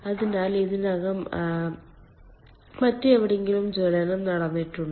അതിനാൽ ഇതിനകം മറ്റെവിടെയെങ്കിലും ജ്വലനം നടന്നിട്ടുണ്ട്